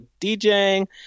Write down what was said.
djing